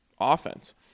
offense